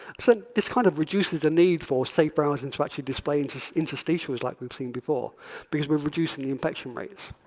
so this kind of reduces the need for safe browsing to actually display and interstitial like we've seen before because we're reducing the infection rates.